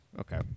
Okay